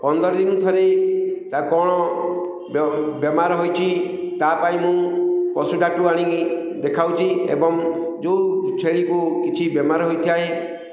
ପନ୍ଦର ଦିନକୁ ଥରେ ତା' କ'ଣ ବେମାର ହୋଇଛି ତା' ପାଇଁ ମୁଁ ପଶୁ ଡାକ୍ତରଙ୍କୁ ଆଣିକି ଦେଖାଉଛି ଏବଂ ଯେଉଁ ଛେଳିକୁ କିଛି ବେମାର ହୋଇଥାଏ